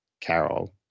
Carol